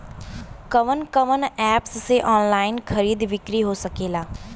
कवन कवन एप से ऑनलाइन खरीद बिक्री हो सकेला?